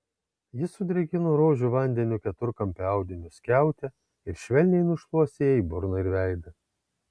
jis sudrėkino rožių vandeniu keturkampę audinio skiautę ir švelniai nušluostė jai burną ir veidą